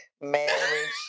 marriage